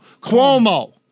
Cuomo